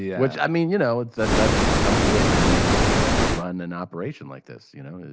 yeah which, i mean, you know, that that comes with it when you run an operation like this, you know?